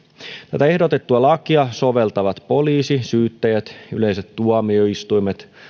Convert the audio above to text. tätä ehdotettua lakia soveltavat poliisi syyttäjät yleiset tuomioistuimet